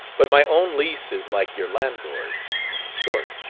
but my own lease is like your landlord's short.